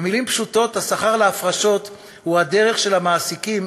במילים פשוטות, השכר להפרשות הוא הדרך של מעסיקים